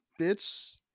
Bitch